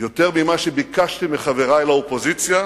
יותר ממה שביקשתי מחברי לאופוזיציה